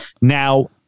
Now